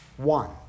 one